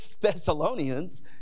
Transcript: Thessalonians